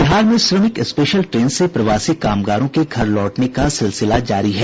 बिहार में श्रमिक special train से प्रवासी कामगारों के घर लौटने का सिलसिला जारी है